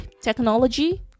technology